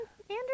Andrew